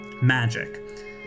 magic